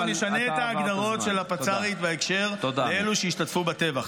ישנה את ההגדרות של הפצ"רית בקשר לאלו שהשתתפו בטבח.